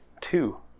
Two